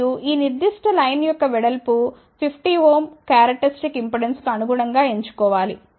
మరియు ఈ నిర్దిష్ట లైన్ యొక్క వెడల్పు 50 ఓం క్యారక్టరిస్టిక్ ఇంపెడెన్స్కు అనుగుణంగా ఎంచుకోవాలి